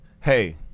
hey